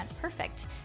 perfect